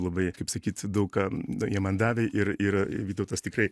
labai kaip sakyt daug ką jie man davė ir yra vytautas tikrai